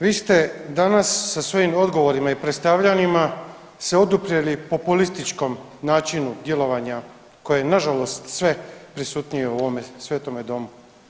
Vi ste danas sa svojim odgovorima i predstavljanjima se oduprijeli populističkom načinu djelovanja koje je na žalost sve prisutnije u ovome svetome domu.